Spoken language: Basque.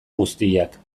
guztiak